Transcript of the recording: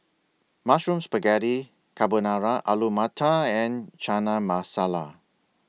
Mushroom Spaghetti Carbonara Alu Matar and Chana Masala